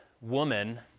woman